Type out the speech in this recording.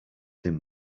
him